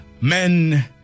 men